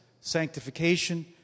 sanctification